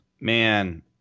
Man